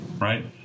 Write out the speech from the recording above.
right